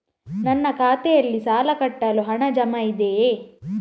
ನನ್ನ ಖಾತೆಯಲ್ಲಿ ಸಾಲ ಕಟ್ಟಲು ಹಣ ಜಮಾ ಇದೆಯೇ?